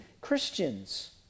Christians